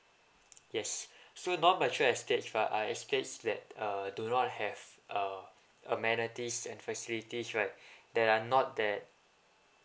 yes so non mature estates uh are estates that uh do not have uh amenities and facilities right there are not that